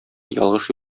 ялгыш